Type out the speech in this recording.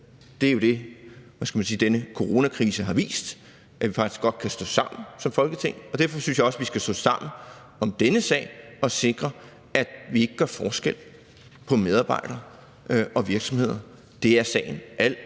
Det er jo det, som denne coronakrise har vist, kan man sige, nemlig at vi godt kan stå sammen som Folketing, og derfor synes jeg også, at vi skal stå sammen om denne sag og sikre, at vi ikke gør forskel på medarbejdere og virksomheder. Det er sagen alt,